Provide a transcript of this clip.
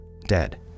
dead